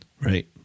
Right